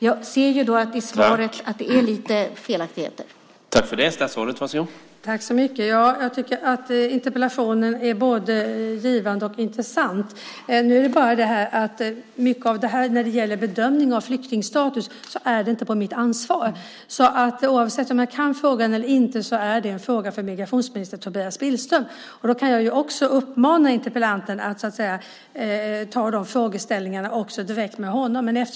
Jag ser ju att det finns lite felaktigheter i svaret.